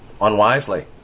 unwisely